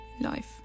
life